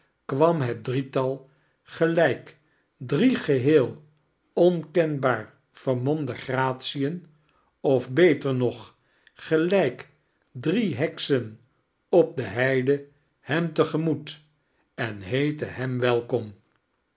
kwam het drietal gelijk drie geheel onkenbaar vermomide gratien of beter nog gelijk drie heksen op de heide hem te gemoet en heette hem welkom